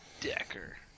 decker